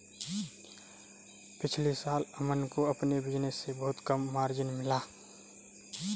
पिछले साल अमन को अपने बिज़नेस से बहुत कम मार्जिन मिला